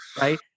right